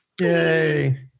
Yay